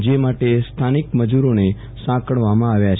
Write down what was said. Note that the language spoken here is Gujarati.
જે માટે સ્થાનિક મજૂરોને સાંકળવામાં આવ્યા છે